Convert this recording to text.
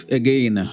again